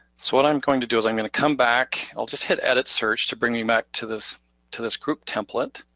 so what i'm going to do is i'm going to come back. i'll just hit edit, search to bring me back to this to this group template,